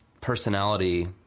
personality